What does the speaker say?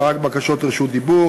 אלא רק בקשות רשות דיבור,